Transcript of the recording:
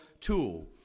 tool